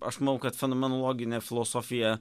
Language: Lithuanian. aš mnau kad fenomenologinė filosofija